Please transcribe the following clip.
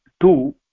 two